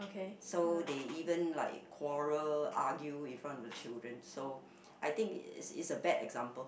so they even like quarrel argue in front of the children so I think is is a bad example